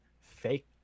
fake